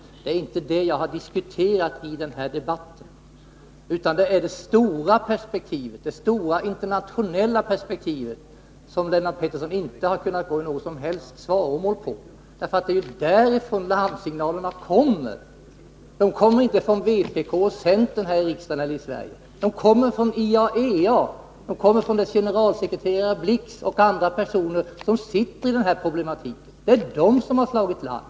Med det är inte det jag har diskuterat i den här debatten, utan det är de stora internationella perspektiven, där Lennart Pettersson inte alls kunnat gå i svaromål. Larmsignalerna kommer ju inte från vpk eller centern här i riksdagen eller i Sverige. De kommer från 63 IAEA och dess generalsekreterare Blix och andra personer som sysslar med den här problematiken. Det är ju de som har slagit larm.